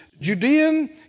Judean